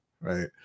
right